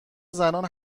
زنان